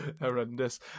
Horrendous